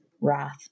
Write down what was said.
wrath